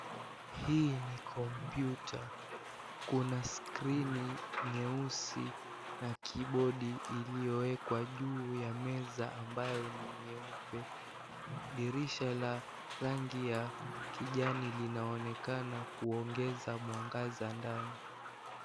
Hii ni kompyuta, kuna skrini nyeusi na kibodi iliyowekwa juu ya meza ambayo ni nyeupe. Dirisha la rangi ya kijani linaonekana kuongeza mwangaza ndani.